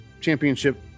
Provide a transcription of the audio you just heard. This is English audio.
championship